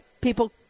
people